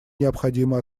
необходимо